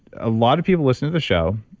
a lot of people listening to the show,